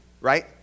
right